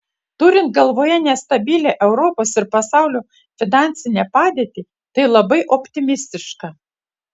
turint galvoje nestabilią europos ir pasaulio finansinę padėtį tai labai optimistiška